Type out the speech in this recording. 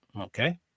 Okay